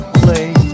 play